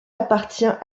appartient